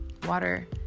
water